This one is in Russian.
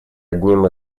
одним